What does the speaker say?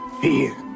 Fear